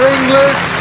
English